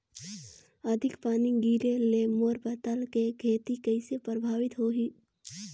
अधिक पानी गिरे ले मोर पताल के खेती कइसे प्रभावित होही?